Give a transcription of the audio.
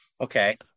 Okay